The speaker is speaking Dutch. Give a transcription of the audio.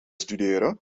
studeren